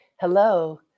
Hello